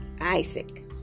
Isaac